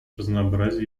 разнообразие